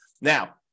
now